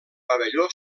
pavelló